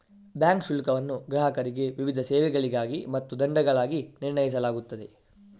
bank ಶುಲ್ಕವನ್ನು ಗ್ರಾಹಕರಿಗೆ ವಿವಿಧ ಸೇವೆಗಳಿಗಾಗಿ ಮತ್ತು ದಂಡಗಳಾಗಿ ನಿರ್ಣಯಿಸಲಾಗುತ್ತದೆ